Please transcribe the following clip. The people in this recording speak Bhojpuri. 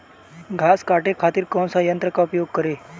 घास काटे खातिर कौन सा यंत्र का उपयोग करें?